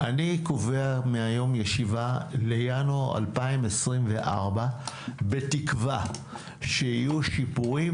אני קובע מהיום ישיבה לינואר 24' בתקווה שיהיו שיפורים,